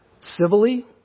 civilly